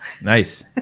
Nice